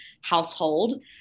household